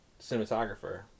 cinematographer